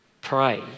Pray